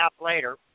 later